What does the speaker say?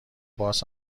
باز